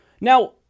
now